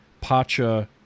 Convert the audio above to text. Pacha